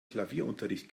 klavierunterricht